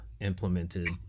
implemented